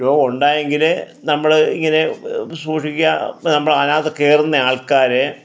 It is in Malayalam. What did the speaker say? രോഗമുണ്ടായെങ്കിലേ നമ്മള് ഇങ്ങനെ സൂക്ഷിക്കുക നമ്മള് അതിനകത്ത് കയറുന്ന ആൾക്കാര്